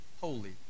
holy